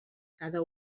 cada